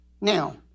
now